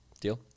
Deal